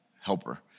helper